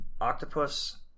Octopus